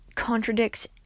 contradicts